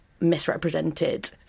misrepresented